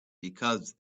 because